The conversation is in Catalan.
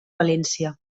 valència